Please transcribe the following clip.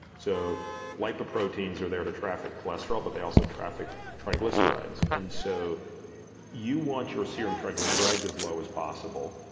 so lipoproteins are there to traffic cholesterol, but they also traffic triglycerides, and so you want your serum triglycerides as low as possible,